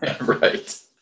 Right